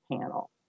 panel